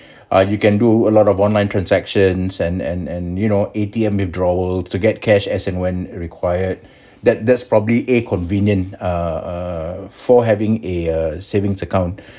uh you can do a lot of online transactions and and and you know A_T_M withdrawal to get cash as and when required that that's probably a convenient uh for having a uh savings account